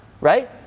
right